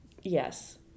Yes